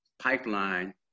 pipeline